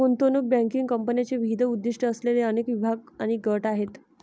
गुंतवणूक बँकिंग कंपन्यांचे विविध उद्दीष्टे असलेले अनेक विभाग आणि गट आहेत